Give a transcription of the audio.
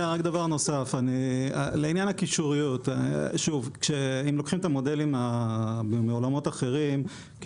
רק דבר נוסף לעניין הקישוריות כשאני מתחיל את המודל בעולמות אחרים,